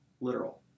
literal